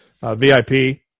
VIP